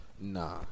Nah